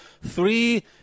three